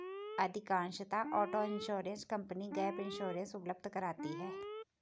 अधिकांशतः auto insurance company gap insurance उपलब्ध कराती है